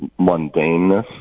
mundaneness